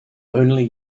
only